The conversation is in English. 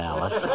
Alice